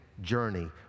journey